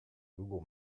google